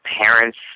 parents